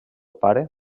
pare